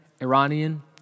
Iranian